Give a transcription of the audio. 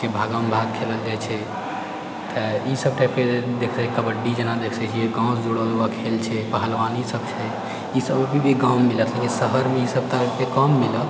भागम भाग खेलल जाइत छै तऽ ईसब टाइपके जे देखै कबड्डी जेना देखि सकैत छियै गाँवसँ जुड़ल जे खेल छै पहलवानी सब छै ईसब अभी भी गाँवमे मिलत लेकिन शहरमे ईसब तऽ आइकाल्हि कम मिलत